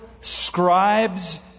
scribes